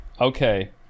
Okay